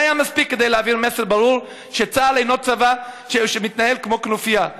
זה היה מספיק כדי להעביר מסר ברור שצה"ל אינו צבא שמתנהל כמו כנופיה.